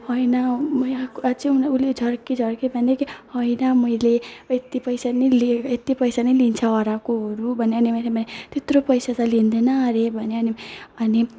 होइन म यहाँको अझै अनि उसले झर्कीझर्की भन्यो कि होइन मैले यत्ति पैसा नि लिएँ यत्ति पैसा नै लिन्छ हराएकोहरू भन्यो अनि मैले त्यत्रो पैसा त लिँदैन अरे भनेँ अनि अनि